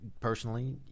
personally